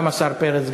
גם השר פרץ,